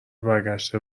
برگشته